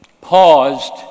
paused